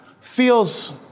feels